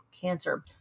cancer